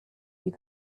you